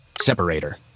Separator